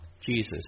Jesus